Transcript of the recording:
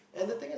!wow!